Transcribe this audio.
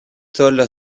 tôles